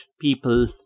people